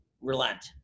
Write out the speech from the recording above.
relent